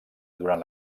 durant